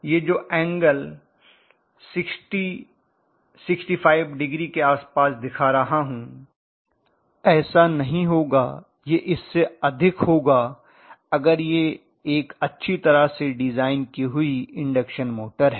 यह जो angle 65 degree के आसपास दिखा रहा हूं ऐसा नहीं होगा यह इस से अधिक होगा अगर यह एक अच्छी तरह से डिजाइन की हुई इंडक्शन मोटर है